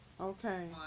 Okay